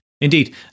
Indeed